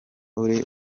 uri